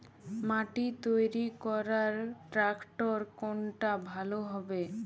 মাটি তৈরি করার ট্রাক্টর কোনটা ভালো হবে?